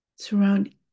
surround